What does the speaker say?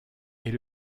est